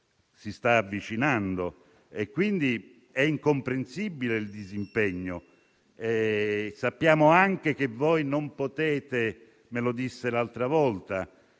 si sta avvicinando e quindi è incomprensibile il disimpegno. Sappiamo anche - me lo disse l'altra volta